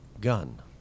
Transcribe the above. gun